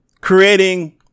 creating